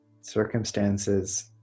circumstances